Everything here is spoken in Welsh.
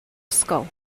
ysgol